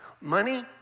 Money